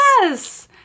Yes